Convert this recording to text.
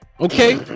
okay